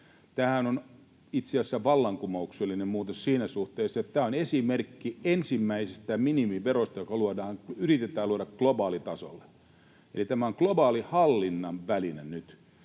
Tämähän on itse asiassa vallankumouksellinen muutos siinä suhteessa, että tämä on esimerkki ensimmäisestä minimiverosta, joka yritetään luoda globaalitasolla. Eli tämä on globaalihallinnan väline nyt,